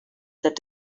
that